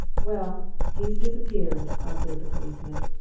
well he's disappeared, observed the policeman.